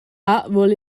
voul